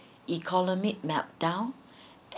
economic meltdown